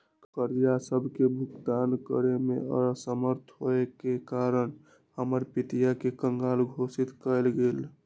कर्जा सभके भुगतान करेमे असमर्थ होयेके कारण हमर पितिया के कँगाल घोषित कएल गेल